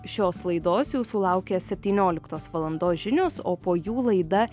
šios laidos jūsų laukia septynioliktos valandos žinios o po jų laida